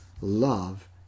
love